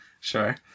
sure